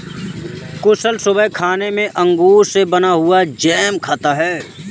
कुशल सुबह खाने में अंगूर से बना हुआ जैम खाता है